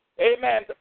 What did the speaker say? Amen